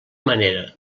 manera